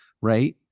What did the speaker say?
Right